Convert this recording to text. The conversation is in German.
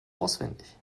auswendig